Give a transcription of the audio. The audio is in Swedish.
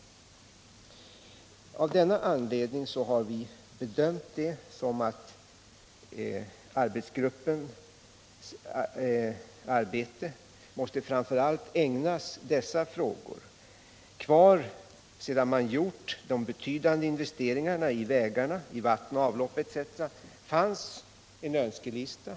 Av den anledningen har vi bedömt det så, att arbetsgruppens arbete framför allt måste ägnas dessa frågor. Kvar — sedan man gjort de investeringarna i vägar, vatten och avlopp etc. —- fanns en önskelista.